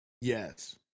Yes